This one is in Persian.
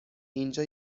اینجا